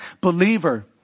believer